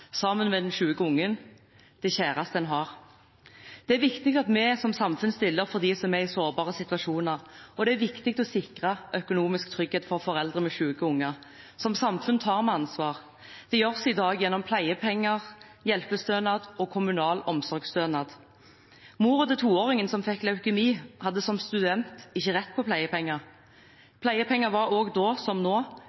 sammen med den syke ungen – det kjæreste en har. Det er viktig at vi som samfunn stiller opp for dem som er i sårbare situasjoner, og det er viktig å sikre økonomisk trygghet for foreldre med syke barn. Som samfunn tar vi ansvar. Det gjøres i dag gjennom pleiepenger, hjelpestønad og kommunal omsorgsstønad. Moren til toåringen som fikk leukemi, hadde som student ikke rett på pleiepenger.